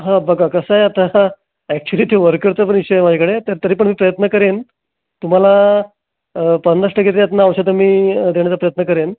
हां बघा कसं आहे आता सर ॲक्च्युली ते वर्करचा पण विषय आहे माझ्याकडे तर तरी पण मी प्रयत्न करेन तुम्हाला पन्नास टक्के तरी यातनं औषधं मी देण्याचा प्रयत्न करेन